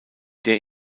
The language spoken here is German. der